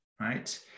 right